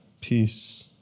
peace